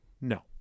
No